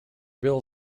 bill